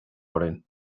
orainn